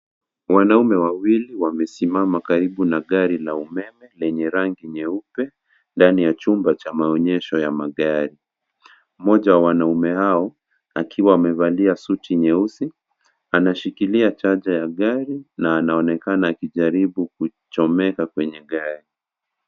Wanaume wawili wamesimama karibu na gari la umeme lenye rangi nyeupe ndani ya chumba cha maonyesho ya magari. Mmoja wa wanaume hao akiwa amevalia suti nyeusi anashikilia chaja ya gari na anaonekana akijaribu kuchomeka kwenye gari.